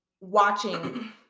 watching